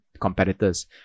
competitors